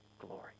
glory